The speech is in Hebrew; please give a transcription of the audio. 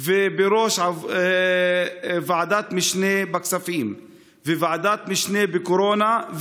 ובראש ועדת משנה בכספים וועדת משנה בקורונה,